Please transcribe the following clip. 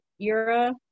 era